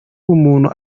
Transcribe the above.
bumuntu